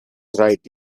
right